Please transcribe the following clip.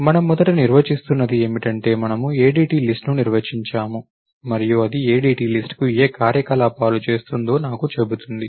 మనం మొదట నిర్వచిస్తున్నది ఏమిటంటే మనము ADT లిస్ట్ ను నిర్వచించాము మరియు ఇది ADT లిస్ట్ కు ఏ కార్యకలాపాలు చేస్తుందో నాకు చెబుతుంది